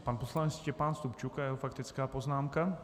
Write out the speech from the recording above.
Pan poslanec Štěpán Stupčuk a jeho faktická poznámka.